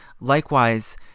likewise